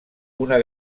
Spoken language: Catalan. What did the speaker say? una